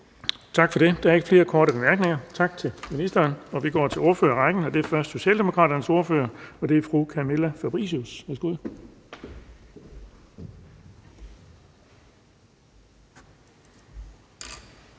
Tak for det. Der er ikke flere korte bemærkninger, tak til ministeren. Vi går til ordførerrækken, og det er først Socialdemokraternes ordfører, og det er fru Camilla Fabricius. Værsgo.